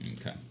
Okay